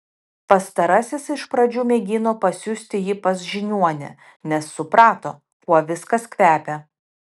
pastarasis iš pradžių mėgino pasiųsti jį pas žiniuonę nes suprato kuo viskas kvepia